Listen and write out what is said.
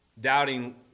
Doubting